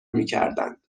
میکردند